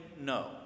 no